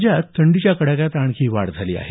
राज्यात थंडीच्या कडाक्यात आणखी वाढ झाली आहे